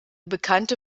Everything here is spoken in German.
bekannte